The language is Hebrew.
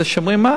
אתם שומעים מה?